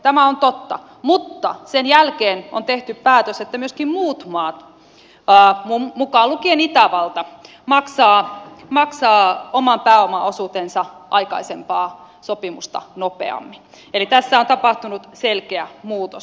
tämä on totta mutta sen jälkeen on tehty päätös että myöskin muut maat mukaan lukien itävalta maksavat oman pääomaosuutensa aikaisempaa sopimusta nopeammin eli tässä on tapahtunut selkeä muutos